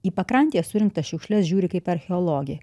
į pakrantėje surinktas šiukšles žiūri kaip archeologė